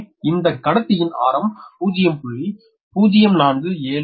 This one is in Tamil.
எனவே இந்த கத்தியின் ஆரம் 0